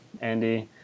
andy